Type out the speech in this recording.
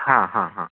हा हा हा